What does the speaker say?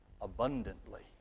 abundantly